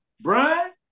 Brian